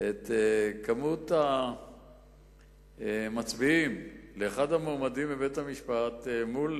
את מספר המצביעים בעד אחד המועמדים בבית-המשפט מול